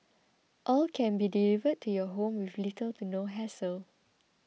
all can be delivered to your home with little to no hassle